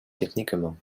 techniquement